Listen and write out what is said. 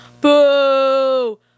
boo